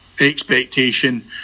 expectation